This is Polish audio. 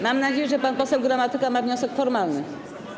Mam nadzieję, że pan poseł Gramatyka ma wniosek formalny.